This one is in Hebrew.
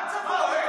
מה צבוע?